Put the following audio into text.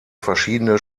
verschiedene